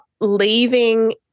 leaving